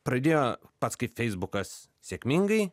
pradėjo pats kaip feisbukas sėkmingai